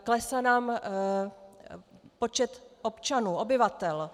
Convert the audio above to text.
Klesá nám počet občanů, obyvatel.